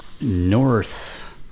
north